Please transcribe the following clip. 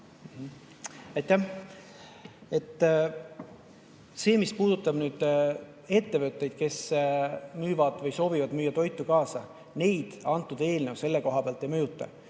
Mis puudutab ettevõtteid, kes müüvad või soovivad müüa toitu kaasa, siis neid eelnõu selle koha pealt ei mõjuta,